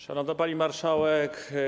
Szanowna Pani Marszałek!